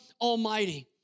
Almighty